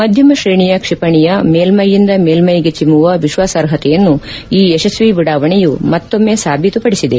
ಮಧ್ಯಮ ಶ್ರೇಣಿಯ ಕ್ಷಿಪಣಿಯ ಮೇಲ್ಟೈಯಿಂದ ಮೇಲ್ಟೈಗೆ ಚಿಮ್ಲುವ ವಿಶ್ವಾಸಾರ್ಹತೆಯನ್ನು ಈ ಯಶಸ್ವಿ ಉಡಾವಣೆಯು ಮತ್ತೊಮ್ಲೆ ಸಾಬೀತುಪಡಿಸಿದೆ